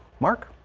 mark